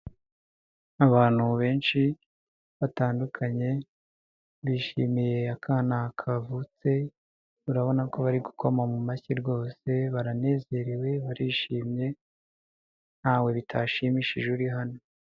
Abantu benshi batandukanye bishimiye akana kavutse, urabona ko bari gukoma mu mashyi rwose baranezerewe, barishimye ntawe bitashimishije uri hanona.